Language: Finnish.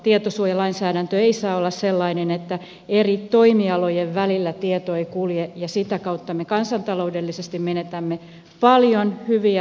tietosuojalainsäädäntö ei saa olla sellainen että eri toimialojen välillä tieto ei kulje ja sitä kautta me kansantaloudellisesti menetämme paljon hyviä työvuosia